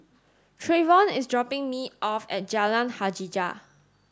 Trayvon is dropping me off at Jalan Hajijah